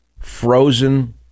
frozen